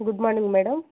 good morning madam